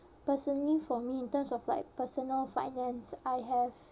personally for me in terms of like personal finance I have